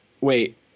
wait